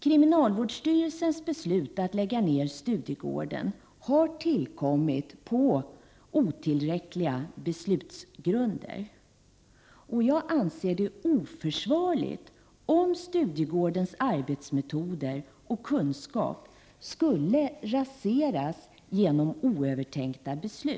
Kriminalvårdsstyrelsens beslut att lägga ned Studiegården har tillkommit på otillräckliga beslutsgrunder. Jag anser att det är oförsvarligt om Studiegårdens arbetsmetoder och kunskaper skulle raseras genom oövertänkta beslut.